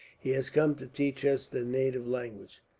he has come to teach us the native language.